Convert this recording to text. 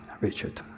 Richard